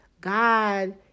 God